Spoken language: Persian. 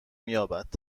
مییابد